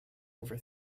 over